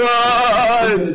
God